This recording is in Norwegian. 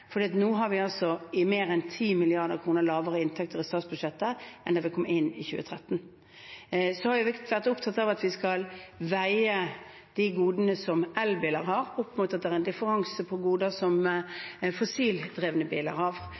nå har vi mer enn 10 mrd. kr lavere inntekter i statsbudsjettet enn det som kom inn i 2013. Så er jeg opptatt av at vi skal veie de godene som elbiler har, opp mot at det er en differanse i goder som fossilt drevne biler